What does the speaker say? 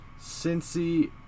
Cincy